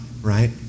Right